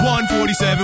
147